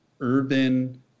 urban